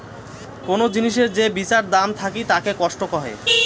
কোন জিনিসের যে বিচার দাম থাকিতাকে কস্ট কহে